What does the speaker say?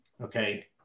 okay